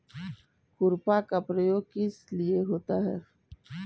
खुरपा का प्रयोग किस लिए होता है?